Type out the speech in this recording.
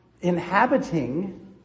inhabiting